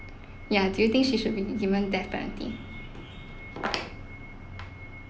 ya do you think she should be given death penalty